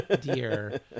dear